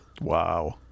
Wow